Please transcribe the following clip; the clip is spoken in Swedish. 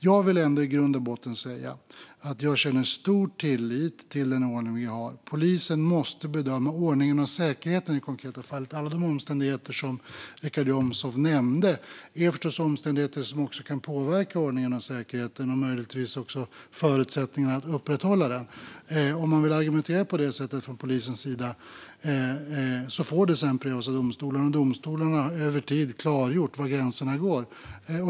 Jag vill ändå i grund och botten säga att jag känner stor tillit till den ordning vi har. Polisen måste bedöma ordningen och säkerheten i de konkreta fallen. Alla de omständigheter som Richard Jomshof nämnde är oftast omständigheter som kan påverka ordningen och säkerheten och möjligtvis också förutsättningarna att upprätthålla dessa. Om polisen vill argumentera på det sättet får det prövas av domstolar senare. Domstolarna har över tid klargjort var gränserna går.